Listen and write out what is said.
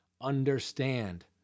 Understand